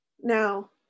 Now